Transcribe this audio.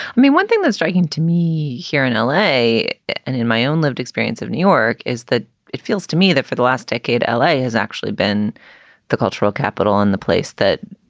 i mean, one thing that's striking to me here in l a. and in my own lived experience of new york is that it feels to me that for the last decade, l a. has actually been the cultural capital in the place that